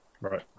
right